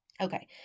Okay